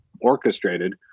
orchestrated